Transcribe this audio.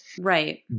Right